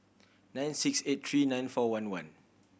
nine six eight three nine four one one